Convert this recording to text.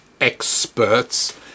experts